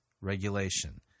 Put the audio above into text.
regulation